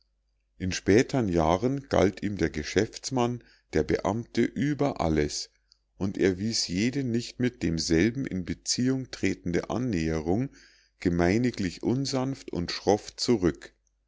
in spätern jahren galt ihm der geschäftsmann der beamte über alles und er wies jede nicht mit demselben in beziehung tretende annäherung gemeiniglich unsanft und schroff zurück